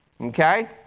okay